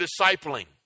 discipling